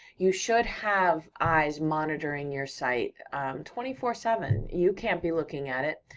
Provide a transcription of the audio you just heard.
you should have eyes monitoring your site twenty four seven. you can't be looking at it,